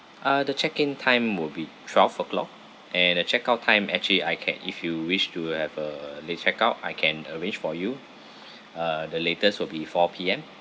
uh the check in time will be twelve o'clock and the checkout time actually I can if you wish to have uh a late checkout I can arrange for you uh the latest will be four P_M